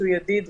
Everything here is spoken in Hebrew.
שהוא ידיד,